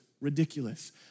ridiculous